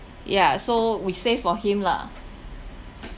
yeah so we save for him lah